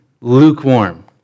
lukewarm